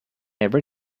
every